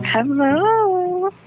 hello